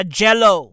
jello